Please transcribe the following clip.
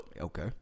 okay